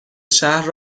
شهر